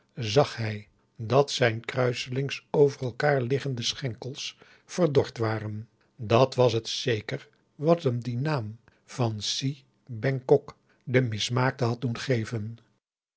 zag hij dat zijn kruiselings over elkaar liggende augusta de wit orpheus in de dessa schenkels verdord waren dat was het zeker wat hem dien naam van si bengkok de mismaakte had doen geven